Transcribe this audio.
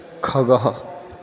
खगः